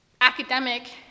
academic